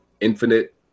Infinite